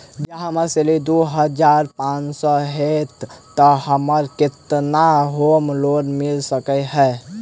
जँ हम्मर सैलरी दु हजार पांच सै हएत तऽ हमरा केतना होम लोन मिल सकै है?